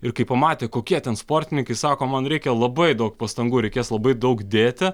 ir kai pamatė kokie ten sportininkai sako man reikia labai daug pastangų reikės labai daug dėti